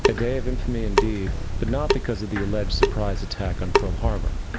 a day of infamy indeed, but not because of the alleged surprise attack on pearl harbor.